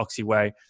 Oxyway